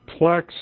Plex